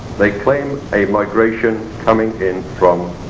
they claim a migration coming in from